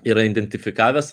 yra identifikavęs